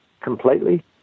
completely